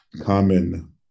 common